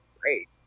great